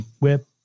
whip